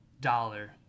dollar